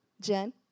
Jen